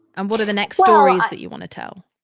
and what are the next stories that you want to tell?